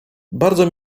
bardzo